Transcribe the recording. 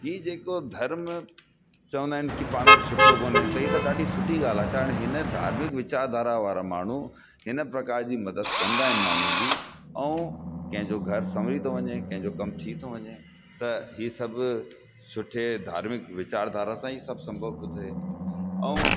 हीअ जेको धर्म चवंदा आहिनि की पाण खे सुठो कोन्हे त हीअ त ॾाढी सुठी ॻाल्हि आहे त हिन धार्मिक विचारधारा वारा माण्हू हिन प्रकार जी मदद कंदा आहिनि माण्हूनि जी ऐं कंहिंजो घर संवरी थो वञे कंहिंजो कमु थी थो वञे त हीअ सभु सुठे धार्मिक विचारधारा सां ई संभव थो थिए ऐं